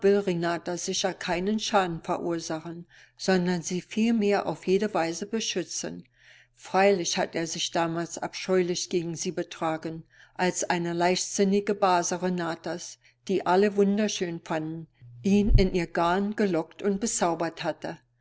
renata sicher keinen schaden verursachen sondern sie vielmehr auf jede weise beschützen freilich hat er sich damals abscheulich gegen sie betragen als eine leichtsinnige base renatas die alle wunderschön fanden ihn in ihr garn gelockt und bezaubert hatte